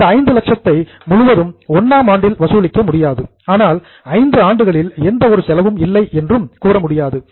அந்த 5 லட்சத்தை முழுவதும் 1 ஆம் ஆண்டில் வசூலிக்க முடியாது ஆனால் ஐந்து ஆண்டுகளில் எந்த ஒரு செலவும் இல்லை என்றும் கூற முடியாது